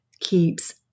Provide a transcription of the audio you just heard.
keeps